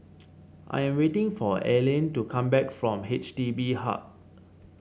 I'm waiting for Aylin to come back from H D B Hub